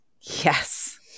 yes